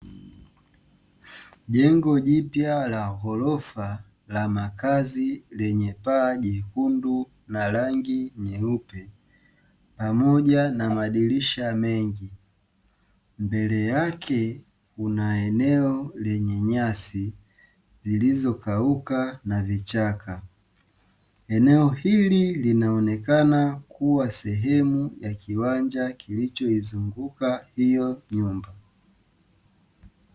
Jengo jipya la gorofa la makazi lenye paa jekundu, rangi nyeupe pamoja na madirisha mengi mbele yake kuna eneo lenye nyasi zilizokauka na vichaka eneo hili linaonekane kuwa sehemu ya kiwanja kilichoizunguka hiyo nyumba.